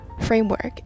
framework